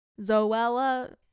Zoella